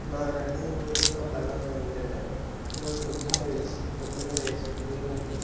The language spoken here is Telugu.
నా రన్నింగ్ రొటీన్లో బలం ఏమిటంటే నేను పొద్దునే వెలిసి పొద్దున్నే లేచి వేడి నీళ్ళు